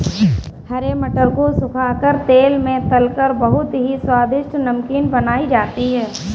हरे मटर को सुखा कर तेल में तलकर बहुत ही स्वादिष्ट नमकीन बनाई जाती है